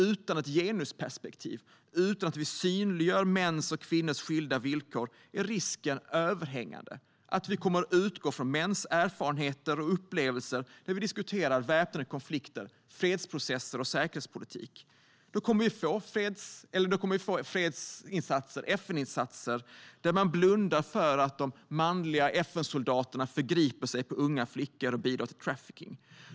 Utan ett genusperspektiv och utan att vi synliggör mäns och kvinnors skilda villkor är risken överhängande att vi kommer att utgå från mäns erfarenheter och upplevelser när vi diskuterar väpnande konflikter, fredsprocesser och säkerhetspolitik. Då kommer vi att få FN-insatser där man blundar för att de manliga FN-soldaterna förgriper sig på unga flickor och bidrar till trafficking.